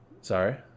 Sorry